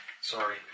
Sorry